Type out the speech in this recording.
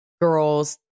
girls